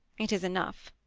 it is enough.